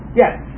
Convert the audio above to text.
yes